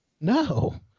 No